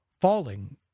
falling